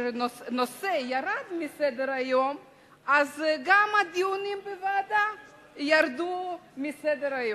כשהנושא ירד מסדר-היום גם הדיונים בוועדה ירדו מסדר-היום.